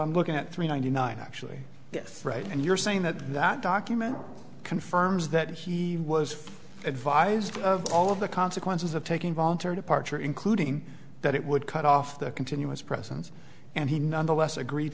something looking at three ninety nine actually yes right and you're saying that that document confirms that he was advised of all of the consequences of taking voluntary departure including that it would cut off the continuous presence and he nonetheless agreed